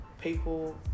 people